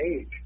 age